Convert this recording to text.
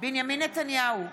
בנימין נתניהו,